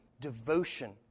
Devotion